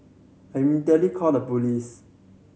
I immediately called the police